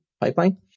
pipeline